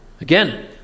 Again